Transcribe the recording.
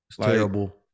Terrible